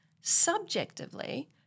Subjectively